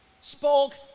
spoke